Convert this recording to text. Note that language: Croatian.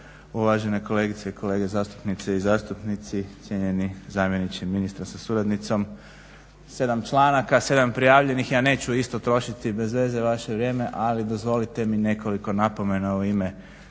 uvažene kolegice i kolege zastupnice i zastupnici, cijenjeni zamjeniče ministra sa suradnicom. 7 članaka, 7 prijavljenih, ja neću isto trošiti bezveze vaše vrijeme ali dozvolite mi nekoliko napomena u ime